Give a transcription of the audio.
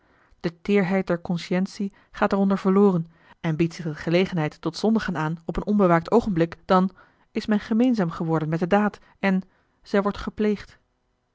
de teêrheid der consciëntie gaat er onder verloren en biedt zich de gelegenheid tot zondigen aan op een onbewaakt oogenblik dan is men gemeenzaam geworden met de daad en zij wordt gepleegd